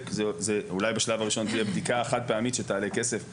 אולי בשלב הראשון תהיה בדיקה חד פעמית שתעשה כסף מסוים,